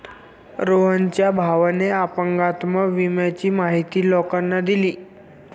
रोहनच्या भावाने अपंगत्व विम्याची माहिती लोकांना दिली